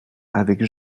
avec